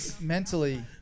mentally